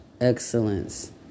excellence